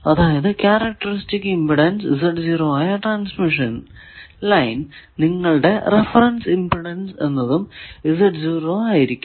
അതായതു characteristic impedance ആയ transmission line നിങ്ങളുടെ റഫറൻസ് ഇമ്പിഡൻസ് എന്നതും ആയിരിക്കും